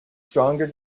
stronger